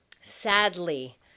Sadly